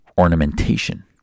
ornamentation